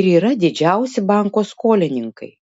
ir yra didžiausi banko skolininkai